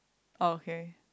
okay